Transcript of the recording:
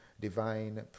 divine